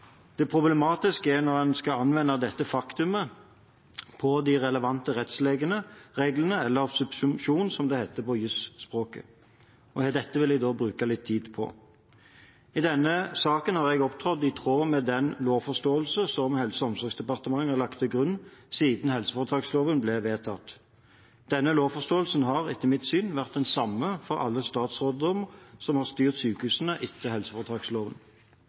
Det problematiske er når en skal anvende dette faktumet på de relevante rettsreglene, eller subsumpsjon, som det heter på jusspråket. Dette vil jeg bruke litt tid på. I denne saken har jeg opptrådt i tråd med den lovforståelse som Helse- og omsorgsdepartementet har lagt til grunn siden helseforetaksloven ble vedtatt. Denne lovforståelsen har, etter mitt syn, vært den samme for alle statsråder som har styrt sykehusene etter helseforetaksloven.